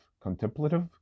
Contemplative